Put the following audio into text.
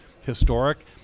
historic